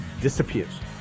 disappears